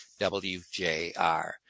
WJR